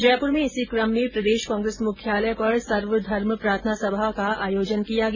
जयपुर में इसी क्रम में प्रदेश कांग्रेस मुख्यालय जयपुर पर सर्वधर्म प्रार्थना सभा का आयोजन किया गया